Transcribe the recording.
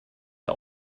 der